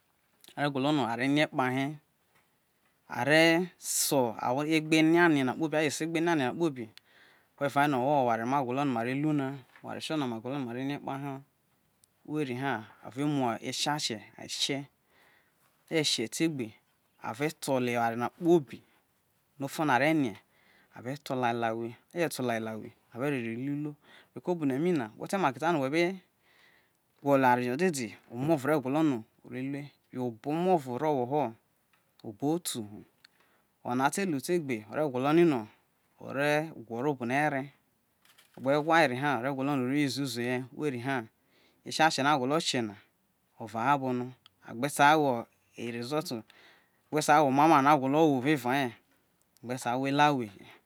A re gwolo no are̱ rie̱ kpaye a re̱ so awo egba eria rie̱ na kpobi aje se egba eria rie na kpobi ore rae no oware no ma gwolo no me re lu rie. Oware tio na me gwolo no ma re rie kpa yeo, we ri ha are mu esha she̱ eshe̱ a je she̱ te egbe a re ro lo eware na kpobi no ufo na re rie are to lo a li lawe a je lolo au la we are re ri lu i luo. Reko obone mi na we te̱ ma ke ta no we gwolo eware jo dede omi oro re gwolo no̱ ore lue yo obo omo ro ro wo obo otu hu ona te lu te egbe ore gwolo no o̱re̱ gwa o̱ro̱ obo ne re ogbe wa e re na ore use uzo ye we ha esha she̱ no̱ a gwo̱lo̱ swe̱ na uraha abo̱ no gbe̱ ta wo resutt oware no a gwo̱lo̱ wo era ye gbe sai wo̱ yo lawe he̱